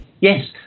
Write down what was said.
yes